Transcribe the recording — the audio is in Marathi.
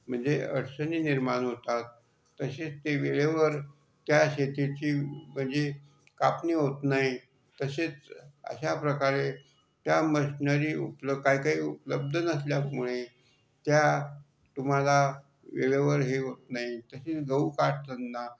म्हणजे अडचणी निर्माण होतात तसेच ते वेळेवर त्या शेतीची म्हणजे कापणी होत नाही तसेच अशाप्रकारे त्या मशनरी उपल काही काही उपलब्ध नसल्यामुळे त्या तुम्हाला वेळेवर हे होत नाही तसेच गहू काढतांना